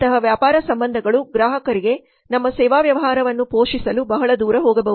ಅಂತಹ ವ್ಯಾಪಾರ ಸಂಬಂಧಗಳು ಗ್ರಾಹಕರಿಗೆ ನಮ್ಮ ಸೇವಾ ವ್ಯವಹಾರವನ್ನು ಪೋಷಿಸಲು ಬಹಳ ದೂರ ಹೋಗಬಹುದು